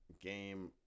game